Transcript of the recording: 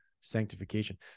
sanctification